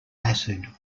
acid